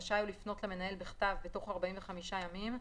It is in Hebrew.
רשאי התראההוא לפנות למנהל בכתב, בתוך 45 ימים,